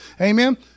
amen